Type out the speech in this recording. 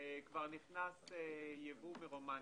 כבר נכנס ייבוא מרומניה.